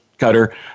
cutter